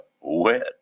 wet